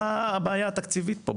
מה הבעיה התקציבית פה?